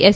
S